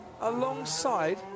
alongside